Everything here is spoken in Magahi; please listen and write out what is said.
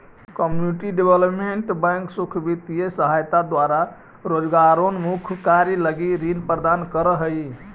कम्युनिटी डेवलपमेंट बैंक सुख वित्तीय सहायता द्वारा रोजगारोन्मुख कार्य लगी ऋण प्रदान करऽ हइ